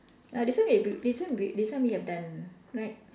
ah this one we this one we this one we have done right